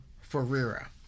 Ferreira